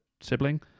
sibling